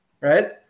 Right